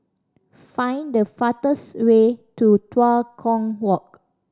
find the fastest way to Tua Kong Walk